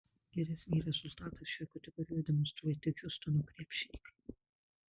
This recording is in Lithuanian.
geresnį rezultatą šioje kategorijoje demonstruoja tik hjustono krepšininkai